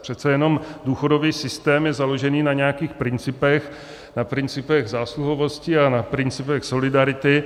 Přece jenom důchodový systém je založený na nějakých principech, na principech zásluhovosti a na principech solidarity.